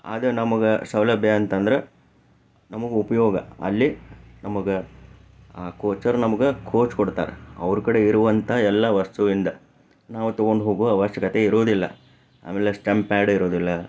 ಆದರೆ ನಮಗೆ ಸೌಲಭ್ಯ ಅಂತಂದರೆ ನಮಗೆ ಉಪಯೋಗ ಅಲ್ಲಿ ನಮಗೆ ಆ ಕೋಚರು ನಮಗೆ ಕೋಚ್ ಕೊಡ್ತಾರೆ ಅಲ್ಲಿ ಅವ್ರ ಕಡೆ ಇರೋ ಎಲ್ಲ ವಸ್ತು ಇಂದ ನಾವು ತೊಗೊಂಡು ಹೋಗೋ ಅವಶ್ಯಕತೆ ಇರೋದಿಲ್ಲ ಆಮೇಲೆ ಸ್ಟಂಪ್ ಪ್ಯಾಡ್ ಇರೋದಿಲ್ಲ